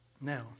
Now